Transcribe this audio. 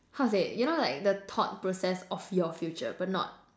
how to say you know like the thought process of your future but not